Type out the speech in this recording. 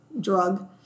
drug